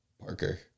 Parker